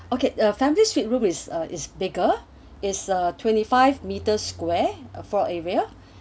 okay uh families suite room is uh is bigger is a twenty five meter square for area